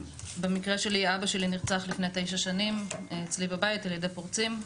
במקרה שלי אבא שלי נרצח לפני תשע שנים אצלי בבית על ידי פורצים,